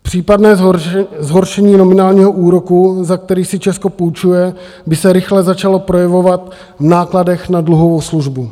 Případné zhoršení nominálního úroku, za který si Česko půjčuje, by se rychle začalo projevovat v nákladech na dluhovou službu.